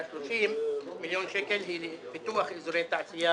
וה-30 מיליון שקל הם לפיתוח אזורי תעשייה